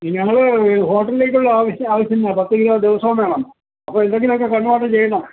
ഞങ്ങൾ ഹോട്ടലിലേക്കുള്ള ആവിശ്യങ്ങളാണ് പത്ത് കിലോ ദിവസവും വേണം അപ്പം എന്തെങ്കിലുമൊക്കെ കണ്ണുമടച്ച് ചെയ്യണം